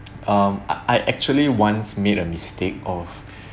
um I actually once made a mistake of